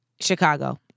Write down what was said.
chicago